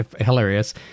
hilarious